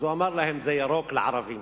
אז הוא אמר להם: "זה ירוק לערבים".